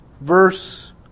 verse